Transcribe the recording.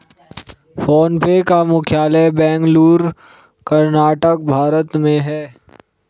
phone पे का मुख्यालय बेंगलुरु, कर्नाटक, भारत में है